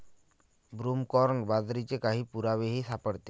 broomcorn बाजरीचे काही पुरावेही सापडले